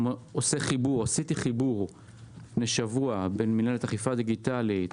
עשיתי חיבור לפני שבוע בין מינהלת אכיפה דיגיטלית